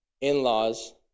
in-laws